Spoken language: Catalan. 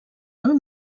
del